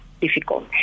difficult